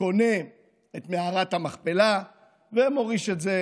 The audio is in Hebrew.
קונה את מערת המכפלה ומוריש אותה